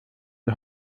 die